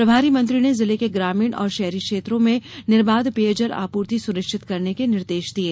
प्रभारी मंत्री ने जिले के ग्रामीण और शहरी क्षेत्रों में निर्बाध पेयजल आपूर्ति सुनिश्चित करने के निर्देश दिये